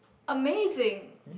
amazing